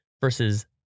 versus